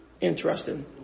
interesting